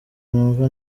numva